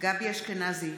גבי אשכנזי,